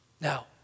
now